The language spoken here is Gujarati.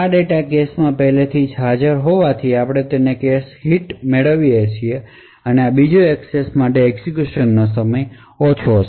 આ ડેટા કેશમાં પહેલેથી જ હાજર હોવાથી તેથી આપણે કેશ હિટ મેળવીએ છીએ અને આ બીજ એક્સેસ માટે એક્ઝેક્યુશનનો સમય ઘણો ઓછો હશે